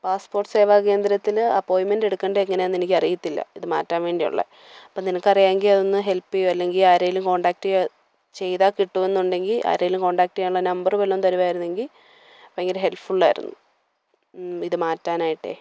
passport Seva കേന്ദ്രത്തിൽ അപ്പോയിൻമെൻ്റ് എടുക്കേണ്ടത് എങ്ങനെയാണെന്ന് എനിക്കറിയത്തില്ല ഇത് മാറ്റാൻ വേണ്ടിയുള്ള അപ്പോൾ നിനക്ക് അറിയാമെങ്കിൽ അതൊന്ന് ഹെല്പ് ചെയ്യുമോ അല്ലെങ്കിൽ ആരെങ്കിലും കോൺടാക്ട് ചെയ്യുമോ ചെയ്താൽ കിട്ടുന്നുണ്ടെങ്കിൽ ആരെങ്കിലും കോൺടാക്ട് ചെയ്യാനുള്ള നമ്പറ് വല്ലതും തരുമായിരുന്നെങ്കിൽ ഭയങ്കര ഹെല്പ്ഫുൾ ആയിരുന്നു ഇത് മാറ്റാനായിട്ടെ